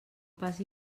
pas